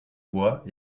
bois